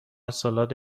سالاد